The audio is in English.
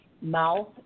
mouth